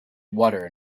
water